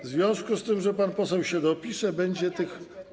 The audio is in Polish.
W związku z tym, że pan poseł się dopisze, będzie tych.